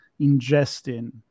ingesting